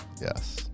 Yes